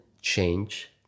change